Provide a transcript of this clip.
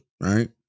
right